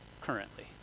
currently